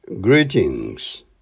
greetings